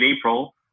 April